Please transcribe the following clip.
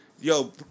yo